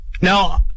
Now